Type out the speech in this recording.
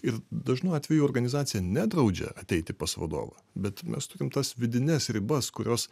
ir dažnu atveju organizacija nedraudžia ateiti pas vadovą bet mes turim tas vidines ribas kurios